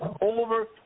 over